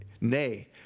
nay